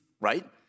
right